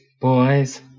boys